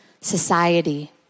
society